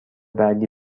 بعدی